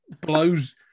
blows